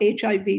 HIV